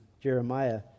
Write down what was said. Jeremiah